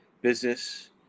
business